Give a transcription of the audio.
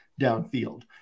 downfield